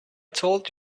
told